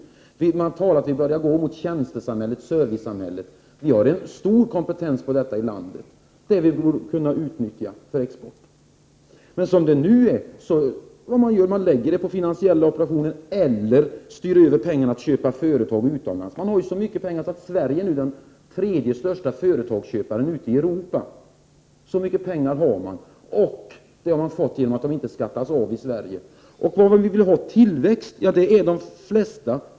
Det talas om att vi börjar gå mot tjänstesamhället, servicesamhället. 135 Prot. 1988/89:125 Vi har i landet en stor kompetens på detta område, som vi borde kunna utnyttja för export. Men som det nu är lägger man kapitalet på finansiella operationer eller styr över pengarna för att köpa företag utomlands. Industrin har så mycket pengar att Sverige nu är den tredje största företagsköparen ute i Europa. Så mycket pengar har man, och det har man fått genom att vinsterna inte skattas av i Sverige. Vilka andra vägar kan man då gå för att få tillväxt?